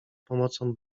pomocą